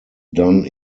done